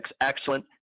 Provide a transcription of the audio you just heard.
excellent